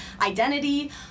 identity